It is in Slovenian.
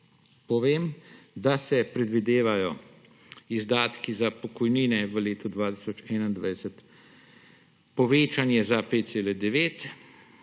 povem, da se predvidevajo izdatki za pokojnine, v letu 2021 povečanje za 5,9,